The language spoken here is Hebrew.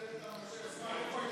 אתה מושך זמן.